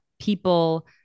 people